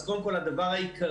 אז קודם כול, הדבר העיקרי